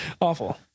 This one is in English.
Awful